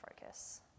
focus